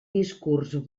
discurs